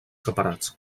separats